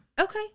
Okay